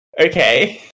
Okay